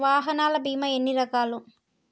వాహనాల బీమా ఎన్ని రకాలు?